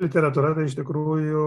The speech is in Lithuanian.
literatūra tai iš tikrųjų